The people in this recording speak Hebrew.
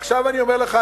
ועכשיו אני אומר לך,